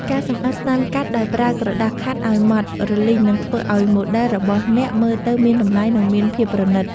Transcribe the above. ការសម្អាតស្នាមកាត់ដោយប្រើក្រដាសខាត់អោយម៉ដ្តរលីងនឹងធ្វើឱ្យម៉ូដែលរបស់អ្នកមើលទៅមានតម្លៃ និងមានភាពប្រណីត។